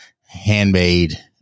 handmade